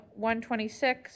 126